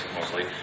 mostly